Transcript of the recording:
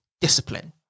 discipline